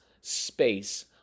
space